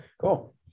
Cool